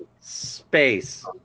Space